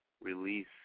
Release